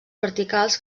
verticals